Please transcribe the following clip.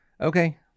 Okay